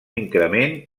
increment